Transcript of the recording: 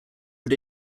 but